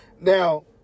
Now